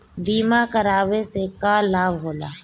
बीमा करावे से का लाभ होला?